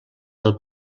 del